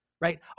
right